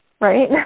Right